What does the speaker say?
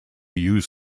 use